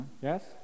Yes